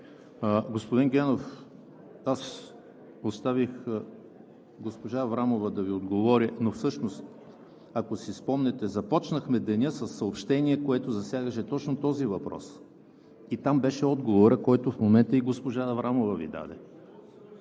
Господин Генов, аз оставих госпожа Аврамова да Ви отговори, но всъщност, ако си спомняте, започнахме деня със съобщение, което засягаше точно този въпрос. Там беше отговорът, който в момента и госпожа Аврамова Ви даде.